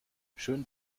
schön